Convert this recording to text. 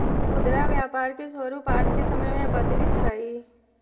खुदरा व्यापार के स्वरूप आज के समय में बदलित हइ